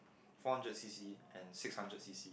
four hundred C_C and six hundred C_C